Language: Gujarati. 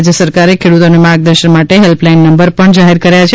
રાજ્ય સરકારે ખેડૂતોને માર્ગદર્શન માટે હેલ્પલાઈન નંબર પણ જાહેર કર્યા છે